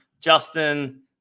Justin